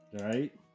Right